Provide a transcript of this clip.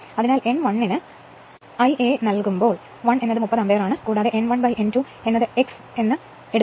അതിനാൽ n 1 ന് Ia നൽകുമ്പോൾ 1 എന്നത് 30 ആമ്പിയർ ആണ് കൂടാതെ n 1 n 2 x എന്ന് അനുവദിക്കുക